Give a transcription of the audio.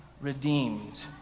redeemed